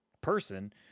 person